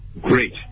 great